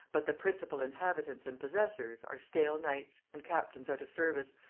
but the principal inhabitants and possessors are, stale knights, and captains out of service,